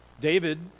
David